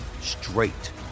straight